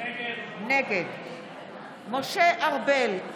נגד משה ארבל,